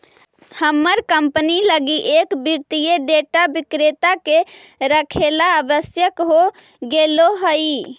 हमर कंपनी लगी एक वित्तीय डेटा विक्रेता के रखेला आवश्यक हो गेले हइ